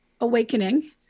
Awakening